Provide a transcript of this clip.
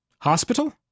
Hospital